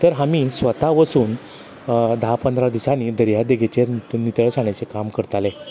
तर आमी स्वता वचून धा पंदरा दिसांनी दर्या देगेचेर नितळसाणीचे काम करताले